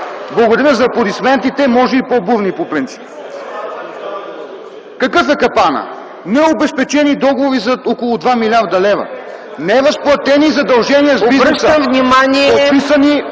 Благодаря за аплодисментите, може и по-бурни по принцип. Какъв е капанът? Необезпечени договори за около 2 млрд. лв. Неразплатени задължения с бизнеса. (Силен шум и